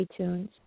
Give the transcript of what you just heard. iTunes